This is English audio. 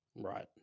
Right